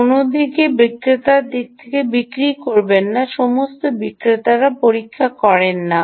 কোনও নির্দিষ্ট বিক্রেতার কাছে বিক্রি করবেন না সমস্ত বিক্রেতারা পরীক্ষা করেন না